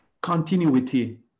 continuity